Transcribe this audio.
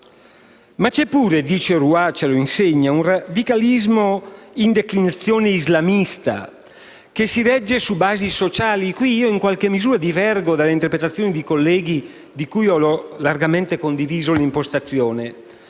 C'è pure - Roy ce lo insegna - un radicalismo in declinazione islamista che si regge su basi sociali diffuse. A questo proposito divergo dall'interpretazione di colleghi di cui ho largamente condiviso l'impostazione.